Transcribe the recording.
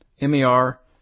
M-E-R